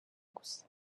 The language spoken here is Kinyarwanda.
gusa